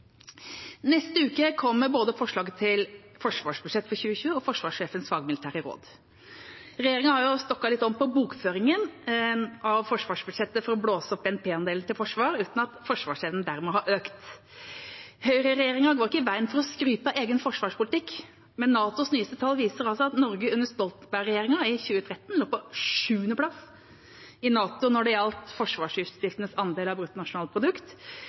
Neste uke kommer både forslag til forsvarsbudsjett for 2020 og forsvarssjefens fagmilitære råd. Regjeringa har stokket litt om på bokføringen av forsvarsbudsjettet for å blåse opp BNP-andelen til forsvar, uten at forsvarsevnen dermed har økt. Høyreregjeringa går ikke av veien for å skryte av egen forsvarspolitikk, men NATOs nyeste tall viser altså at Norge under Stoltenberg-regjeringa i 2013 lå på sjuende plass i NATO når det gjaldt forsvarsutgiftenes andel av